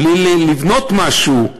בלי לבנות משהו?